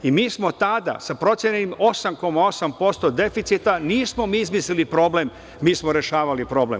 Mi smo tada sa procenjenih 8,8% deficita, nismo mi izmislili problem, mi smo rešavali problem.